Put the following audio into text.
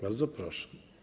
Bardzo proszę.